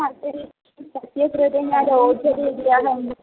हा तर्हि तस्य कृते न रोचते इति अहम्